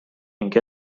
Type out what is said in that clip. ning